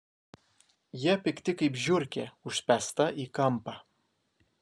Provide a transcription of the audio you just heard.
jie pikti kaip žiurkė užspęsta į kampą